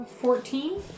Fourteen